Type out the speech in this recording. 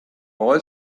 all